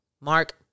mark